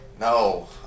No